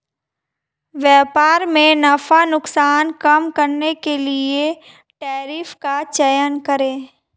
व्यापार में नफा नुकसान कम करने के लिए कर टैरिफ का चयन करे